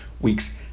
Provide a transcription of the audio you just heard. week's